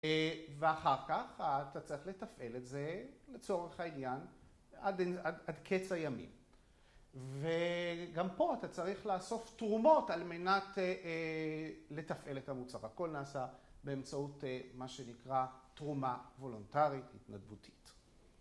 ואחר כך אתה צריך לתפעל את זה לצורך העניין, עד קץ הימים. וגם פה אתה צריך לאסוף תרומות על מנת לתפעל את המוצב. הכל נעשה באמצעות מה שנקרא תרומה וולונטרית התנדבותית.